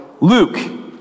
Luke